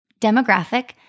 demographic